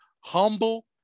Humble